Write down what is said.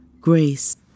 Grace